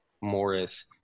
morris